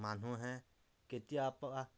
মানুহে কেতিয়াবা